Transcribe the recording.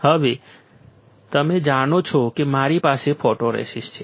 તો હવે તમે જાણો છો કે તમારી પાસે ફોટોરેસિસ્ટ છે